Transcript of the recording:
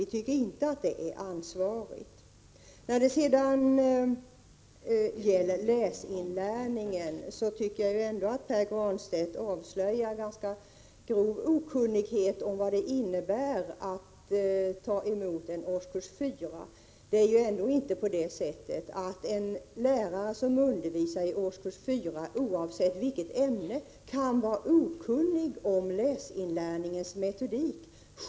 Vi tycker inte att det är ansvarigt. Jag tycker att Pär Granstedt avslöjar ganska grov okunnighet om vad det innebär att ta emot en årskurs 4. En lärare som undervisar i årskurs 4, oavsett vilket ämne det gäller, kan inte vara okunnig om läsinlärningens metodik.